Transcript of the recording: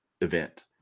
event